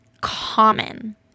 common